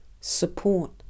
support